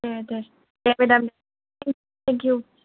ए दे madam thank U